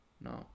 No